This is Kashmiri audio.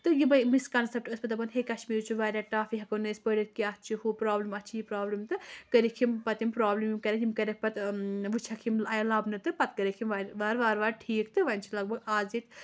تہٕ یِمَے مِسکَنسٮ۪پٹ ٲسۍ پَتہٕ دَپان ہے کَشمیٖری چھُ واریاہ ٹَف یہِ ہٮ۪کو نہٕ أسۍ پٔرِتھ کیٚنٛہہ اَتھ چھُ ہُہ پرٛابلِم اَتھ چھِ یہِ پرٛابلِم تہٕ کٔرِکھ یِم پَتہٕ یِم پرٛابلِم یِم کَرٮ۪کھ یِم کَرٮ۪کھ پَتہٕ وٕچھکھ یِم آے لَبنہٕ تہٕ پَتہٕ کٔرِکھ یِم وارِ وارٕ وارٕ وارٕ ٹھیٖک تہٕ وۄنۍ چھِ لَگ بَگ آز ییٚتہِ